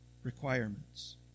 requirements